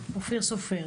אופיר סופר,